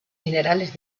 minerales